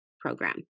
program